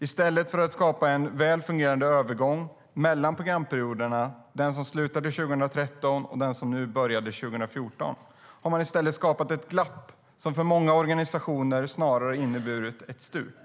I stället för att skapa en väl fungerande övergång mellan programperioderna, den som slutade 2013 och den som började 2014, har man skapat ett glapp som för många organisationer snarare inneburit ett stup.